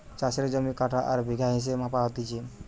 চাষের জমি কাঠা আর বিঘা হিসেবে মাপা হতিছে